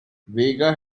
vega